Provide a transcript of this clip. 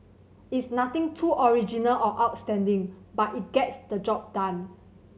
it's nothing too original or outstanding but it gets the job done